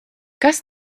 kas